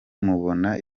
mubona